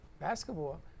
Basketball